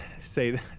say